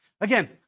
Again